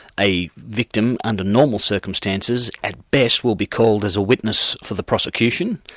a victim, under normal circumstances, at best will be called as a witness for the prosecution,